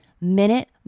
minute